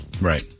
Right